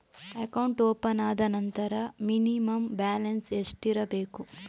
Account open ಆದ ನಂತರ minimum balance ಎಷ್ಟಿರಬೇಕು?